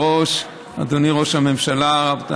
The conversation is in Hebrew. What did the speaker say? היושב-ראש, אדוני ראש הממשלה, השרים,